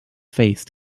faced